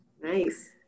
Nice